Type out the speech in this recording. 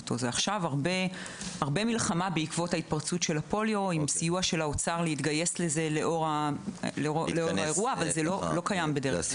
מדובר במלחמה ובסיוע של האוצר להתגייס לזה אבל זה לא קיים בדרך כלל.